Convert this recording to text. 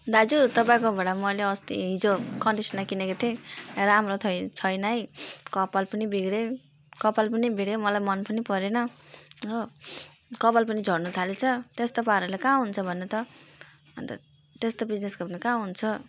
दाजु तपाईँको बाट मैले अस्ति हिजो कन्डिस्नर किनेको थिएँ राम्रो थै छैन है कपाल पनि बिग्र्यो कपाल पनि बिग्र्यो मलाई मन पनि परेन हो कपाल पनि झर्नु थालेछ त्यस्तो पाराले कहाँ हुन्छ भन्नु त अनि त त्यस्तो बिज्नेस कहाँ हुन्छ